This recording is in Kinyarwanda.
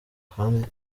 kandi